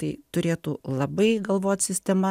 tai turėtų labai galvot sistema